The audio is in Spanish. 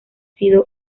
sido